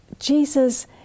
Jesus